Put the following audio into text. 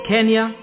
Kenya